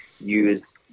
use